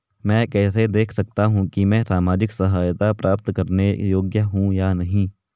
मैं कैसे देख सकता हूं कि मैं सामाजिक सहायता प्राप्त करने योग्य हूं या नहीं?